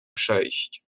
przejść